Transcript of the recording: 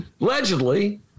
Allegedly